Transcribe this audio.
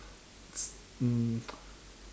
s~ um